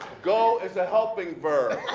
go is ah helping verb.